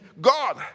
God